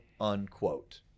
unquote